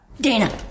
Dana